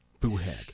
Boo-hag